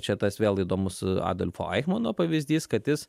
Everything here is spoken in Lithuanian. čia tas vėl įdomus adolfo aichmano pavyzdys kad jis